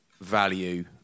value